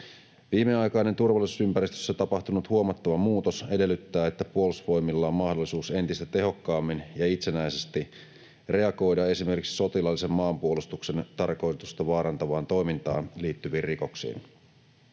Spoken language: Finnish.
Viimeaikainen turvallisuusympäristössä tapahtunut huomattava muutos edellyttää, että Puolustusvoimilla on mahdollisuus entistä tehokkaammin ja itsenäisesti reagoida esimerkiksi sotilaallisen maanpuolustuksen tarkoitusta vaarantavaan toimintaan liittyviin rikoksiin.